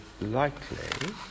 likely